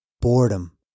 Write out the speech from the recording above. boredom